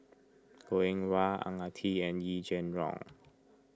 Goh Eng Wah Ang Ah Tee and Yee Jenn Jong